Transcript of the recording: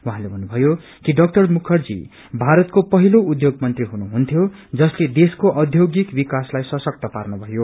उहाँले भन्नुथयो कि डछा मुखार्जी भारतको पहिलो उध्योग मंत्री हुनुहुन्थ्यो जसले देशको औध्योगिक विकासलाई सशक्त पार्नुभयो